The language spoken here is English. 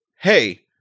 hey